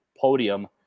podium